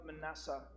Manasseh